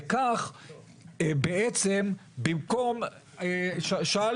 כך במקום, ושאל